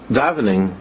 davening